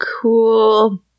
cool